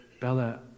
Bella